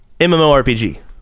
MMORPG